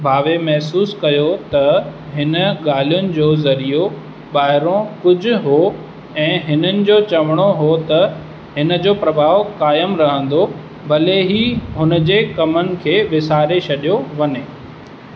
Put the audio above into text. भावे महसूसु कयो त हिन ॻाल्हियुनि जो ज़रियो ॿाहिरों कुझु हो ऐं हिननि जो चवणो हो त हिन जो प्रभाव क़ाइमु रहंदो भले ई हुन जे कमनि खे विसारे छॾियो वञे